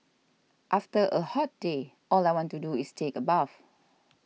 after a hot day all I want to do is take a bath